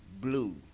blue